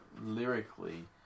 lyrically